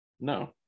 No